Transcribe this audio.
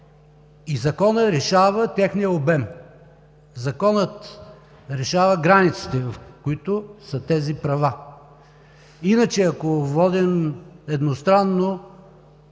Законът решава техния обем! Законът решава границите, в които са тези права! Иначе, ако водим едностранно